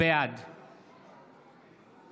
בעד